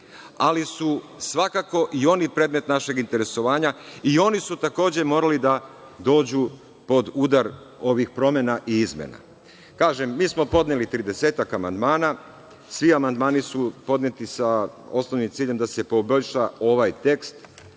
ali su svakako i oni predmet našeg interesovanja i oni su takođe morali da dođu pod udar ovih promena i izmena. Kažem, mi smo podneli tridesetak amandmana. Svi amandmani su podneti sa osnovnim ciljem da se poboljša ovaj tekst.